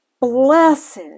blessed